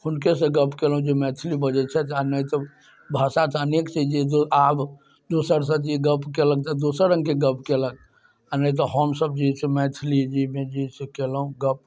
हुनकेसँ गप्प कयलहुँ जे मैथिली बजैत छथि आ नहि तऽ भाषा तऽ अनेक छै जे आब दोसरसँ जे गप्प कयलक से दोसर रङ्गके गप्प कयलक आ नहि तऽ हमसभ जे अइ से मैथिलीमे जे अइ से कयलहुँ गप्प